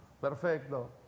Perfecto